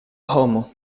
homo